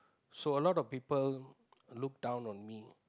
so a lot of people look down on me